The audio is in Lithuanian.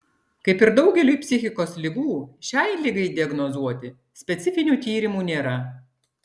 kaip ir daugeliui psichikos ligų šiai ligai diagnozuoti specifinių tyrimų nėra